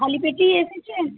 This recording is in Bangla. খালি পেটেই এসেছেন